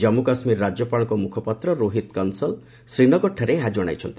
ଜାମ୍ମୁ କାଶ୍ମୀର ରାଜ୍ୟପାଳଙ୍କ ମୁଖପାତ୍ର ରୋହିତ କଂସଲ୍ ଶ୍ରୀନଗରଠାରେ ଏହା ଜଣାଇଛନ୍ତି